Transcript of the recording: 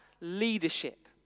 leadership